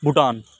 Bhutan